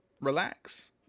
relax